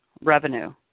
revenue